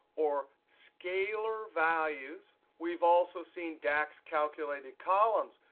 or scalar values. we've also seen dax calculated columns,